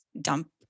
dump